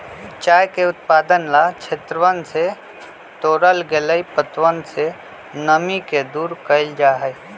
चाय के उत्पादन ला क्षेत्रवन से तोड़ल गैल पत्तवन से नमी के दूर कइल जाहई